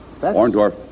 Orndorff